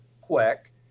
quick